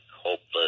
hopeless